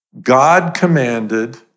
God-commanded